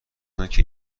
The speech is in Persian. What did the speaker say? آنکه